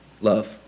love